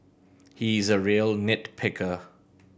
he is a real nit picker